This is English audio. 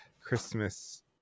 christmas